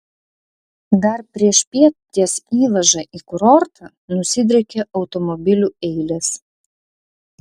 dar priešpiet ties įvaža į kurortą nusidriekė automobilių eilės